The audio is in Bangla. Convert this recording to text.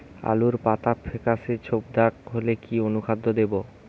আলুর পাতা ফেকাসে ছোপদাগ হলে কি অনুখাদ্য দেবো?